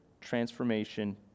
transformation